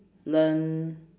learn